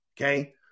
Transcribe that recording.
Okay